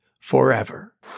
forever